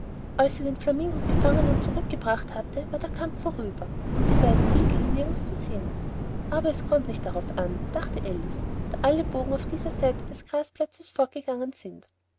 als sie den flamingo gefangen und zurückgebracht hatte war der kampf vorüber und die beiden igel nirgends zu sehen aber es kommt nicht drauf an dachte alice da alle bogen auf dieser seite des grasplatzes fortgegangen sind